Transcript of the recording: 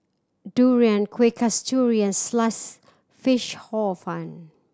durian Kuih Kasturi and Sliced Fish Hor Fun